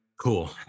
cool